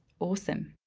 awesome.